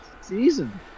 season